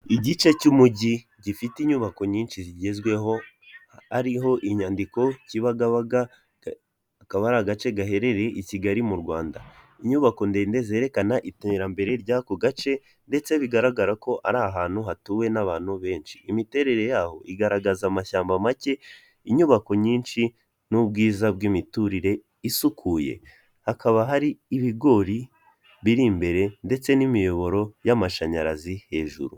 Igice cy'umujyi gifite inyubako nyinshi zigezweho hariho inyandiko Kibagabaga akaba ari agace gaherereye i Kigali mu Rwanda inyubako ndende zerekana iterambere ry'ako gace ndetse bigaragara ko ari ahantu hatuwe n'abantu benshi imiterere yaho igaragaza amashyamba make inyubako nyinshi n'ubwiza bw'imiturire isukuye, hakaba hari ibigori biri imbere ndetse n'imiyoboro y'amashanyarazi hejuru.